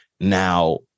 Now